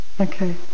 Okay